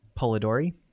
Polidori